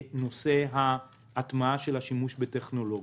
ההטמעה של השימוש בטכנולוגיה.